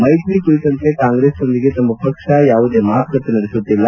ಮೈತ್ರಿ ಕುರಿತಂತೆ ಕಾಂಗ್ರೆಸ್ನೊಂದಿಗೆ ತಮ್ನ ಪಕ್ಷ ಯಾವುದೇ ಮಾತುಕತೆ ನಡೆಸುತ್ತಿಲ್ಲ